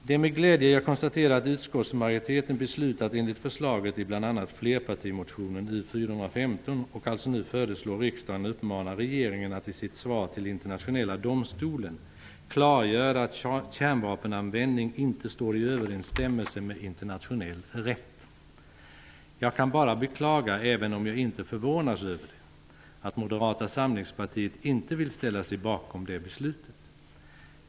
Det är med glädje jag konstaterar att utskottsmajoriteten beslutat enligt förslaget i bl.a. flerpartimotionen U415 och alltså nu föreslår riksdagen att uppmana regeringen att i sitt svar till Internationella domstolen klargöra att kärnvapenanvändning inte står i överensstämmelse med internationell rätt. Jag kan bara beklaga -- även om jag inte förvånas över det -- att Moderata samlingspartiet inte vill ställa sig bakom det beslutet.